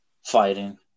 Fighting